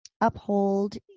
uphold